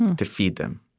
to feed them.